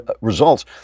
results